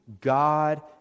God